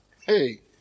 Hey